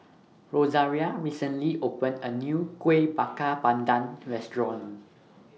Rosaria recently opened A New Kueh Bakar Pandan Restaurant